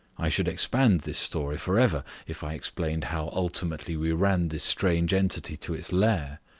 i should expand this story for ever if i explained how ultimately we ran this strange entity to its lair.